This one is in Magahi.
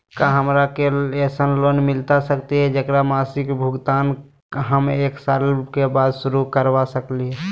का हमरा के ऐसन लोन मिलता सकली है, जेकर मासिक भुगतान हम एक साल बाद शुरू कर सकली हई?